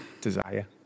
desire